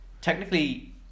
technically